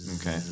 Okay